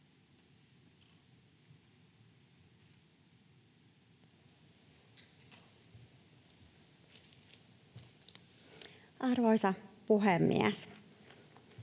Arvoisa puhemies!